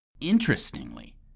Interestingly